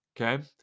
Okay